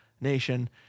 nation